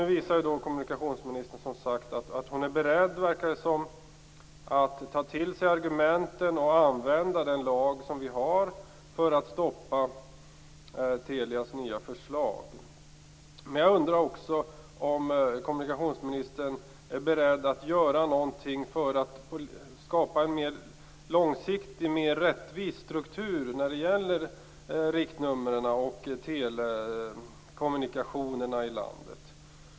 Nu visar som sagt kommunikationsministern att hon är beredd att ta till sig argumenten och använda den lag som vi har för att stoppa Telias nya förslag. Men jag undrar också om kommunikationsministern är beredd att göra någonting för att skapa en mer långsiktig och rättvis struktur när det gäller riktnumren och telekommunikationerna i landet.